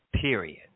period